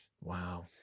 Wow